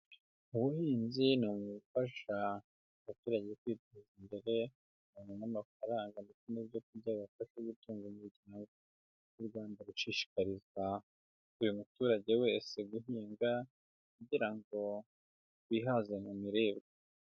Mu buhinzi, bufasha abaturage kwiteza imbere mu mafaranga, ndetse n'byokurya bifasha gutunga imiryango y'u rwanda, gushishikarizwa buri muturage wese guhinga kugira ngo yihaze mu biribwa.